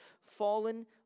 fallen